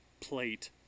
plate